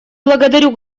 благодарю